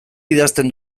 idazten